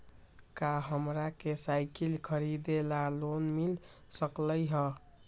का हमरा के साईकिल खरीदे ला लोन मिल सकलई ह?